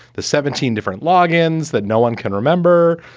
the seventeen different log ends that no one can remember.